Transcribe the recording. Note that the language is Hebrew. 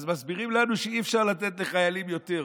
אז מסבירים לנו שאי-אפשר לתת לחיילים יותר,